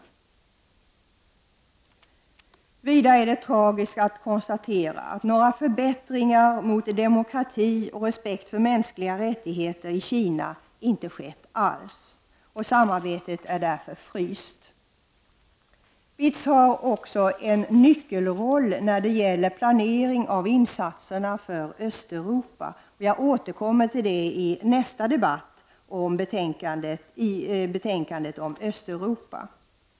Det är vidare tragiskt att kunna konstatera att några förbättringar i riktning mot demokrati och mänskliga rättigheter i Kina inte alls har skett. Samarbetet är därför fryst. BITS har också en nyckelroll när det gäller planeringen av insatserna för Östeuropa. Jag återkommer till detta i nästkommande debatt som rör betänkandet om Östeuropa.